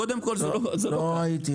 קודם כל זה לא --- לא ראיתי,